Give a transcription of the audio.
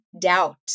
doubt